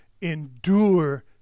Endure